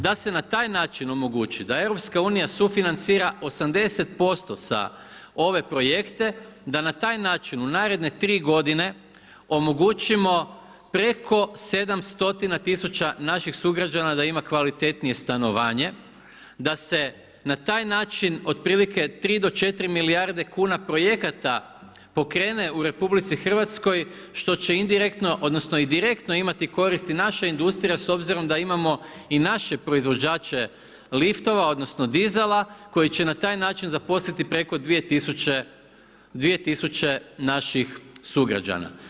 Da se na taj način omogući da EU sufinancira 80% sa ove projekte, da na taj način u naredne 3 godine omogućimo preko 700 tisuća naših sugrađana da ima kvalitetnije stanovanje, da se na taj način otprilike 3-4 milijarde kuna projekata pokrene u RH, što će indirektno, odnosno i direktno imati koristi naša industrija, s obzirom da imamo i naše proizvođače liftova, odnosno dizala, koji će na taj način zaposliti preko dvije tisuće naših sugrađana.